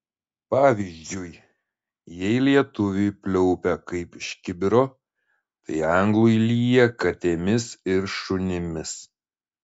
pavyzdžiui jei lietuviui pliaupia kaip iš kibiro tai anglui lyja katėmis ir šunimis